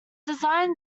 design